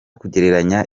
kugereranya